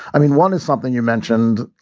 i mean, one is something you mentioned